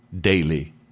daily